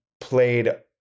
played